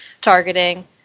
targeting